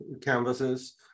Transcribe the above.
canvases